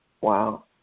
Wow